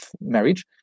marriage